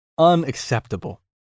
unacceptable